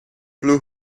blue